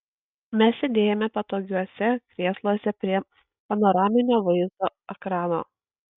mes sėdėjome patogiuose krėsluose prie panoraminio vaizdo ekrano